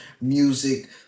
music